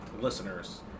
Listeners